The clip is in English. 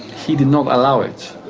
he did not allow it,